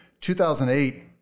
2008